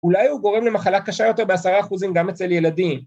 ‫אולי הוא גורם למחלה קשה יותר ‫בעשרה אחוזים גם אצל ילדים.